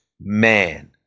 man